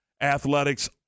athletics